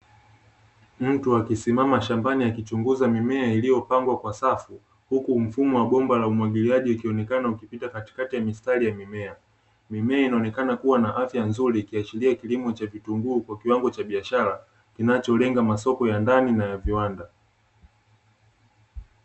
Mtu akisimama shambani akichunguza mimea iliyopangwa kwa safu, huku mfumo wa bomba la umwagiliaji ukionekana ukipita katikati ya mistari ya mimea. Mimea inaonekana kuwa na afya nzuri ikiashiria kilimo cha vitunguu kwa kiwango cha biashara, kinacholenga masoko ya ndani na ya viwanda.